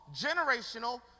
generational